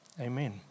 Amen